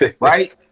Right